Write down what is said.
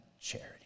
charity